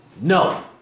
no